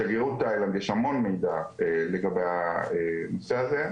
לשגרירות תאילנד יש המון מידע לגבי הנושא הזה,